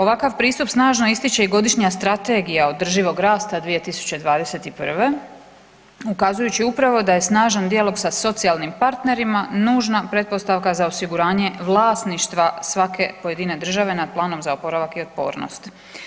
Ovakav pristup snažno ističe i Godišnja strategija održivog rasta 2021. ukazujući upravo da je snažan dijalog sa socijalnim partnerima nužna pretpostavka za osiguranje vlasništva svake pojedine države nad planom za oporavak i otpornost.